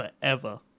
forever